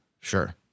sure